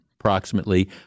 Approximately